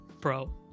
bro